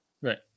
Right